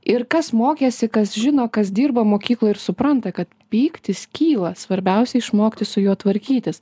ir kas mokėsi kas žino kas dirba mokykloj ir supranta kad pyktis kyla svarbiausia išmokti su juo tvarkytis